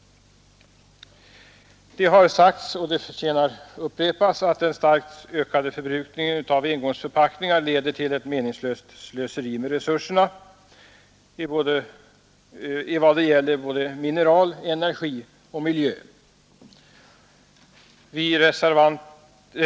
Det har sagts, och det förtjänar att upprepas, att den starkt ökande förbrukningen av engångsförpackningar leder till ett meningslöst slöseri med resurserna vad beträffar mineral, energi och miljö.